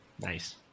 Nice